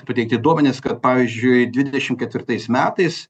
pateikti duomenys kad pavyzdžiui dvidešimt ketvirtais metais